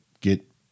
get